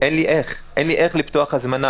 אין לי איך, אין לי איך לפתוח הזמנה.